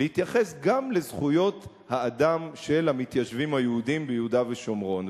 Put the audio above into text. להתייחס גם לזכויות האדם של המתיישבים היהודים ביהודה ושומרון.